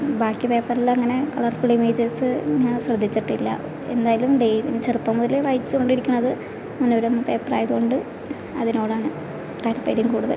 ബാക്കി പേപ്പറിലങ്ങനെ colour full images ഞാൻ ശ്രദ്ധിച്ചിട്ടില്ല എന്തായാലും ചെറുപ്പം മുതലേ വായിച്ചുകൊണ്ടിരിക്കണത് മനോരമ പേപ്പറായതുകൊണ്ട് അതിനോടാണ് താല്പര്യം കൂടുതൽ